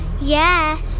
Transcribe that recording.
Yes